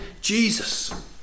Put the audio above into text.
Jesus